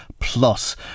plus